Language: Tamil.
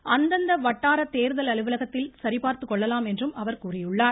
அரசியல் கட்சிகள் அந்தந்த வட்டார தேர்தல் அலுவலகத்தில் சரிபார்த்துக்கொள்ளலாம் என்றும் அவர் கூறியுள்ளார்